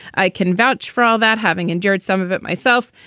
i can vouch for all that, having endured some of it myself.